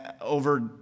over